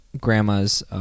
Grandma's